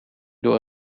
door